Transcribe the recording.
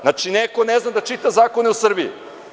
Znači, neko ne zna da čita zakone u Srbiji.